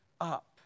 up